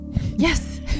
yes